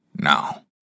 now